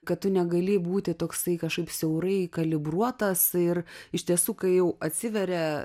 kad tu negali būti toksai kažkaip siaurai kalibruotas ir iš tiesų kai jau atsiveria